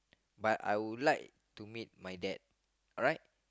but I would like to meet my dad alright